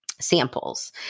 samples